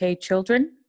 children